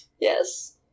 Yes